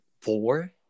Four